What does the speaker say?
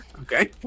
Okay